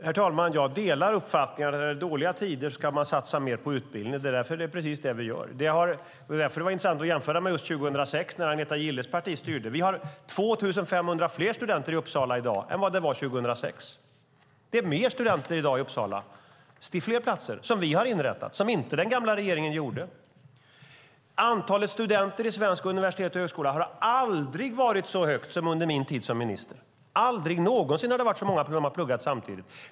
Herr talman! Jag delar uppfattningen att man ska satsa mer på utbildning i dåliga tider. Därför är det precis det vi gör, och därför är det intressant att jämföra med just 2006 när Agneta Gilles parti styrde. Vi har 2 500 fler studenter i Uppsala i dag än vad det var 2006. Det är fler platser i Uppsala i dag. Dem vi har inrättat. Det gjorde inte den gamla regeringen. Antalet studenter på svenska universitet och högskolor har aldrig varit så högt som under min tid som minister. Det har aldrig någonsin varit så många som har pluggat samtidigt.